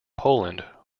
poland